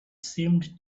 seemed